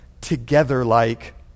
together-like